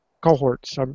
cohorts